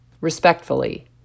respectfully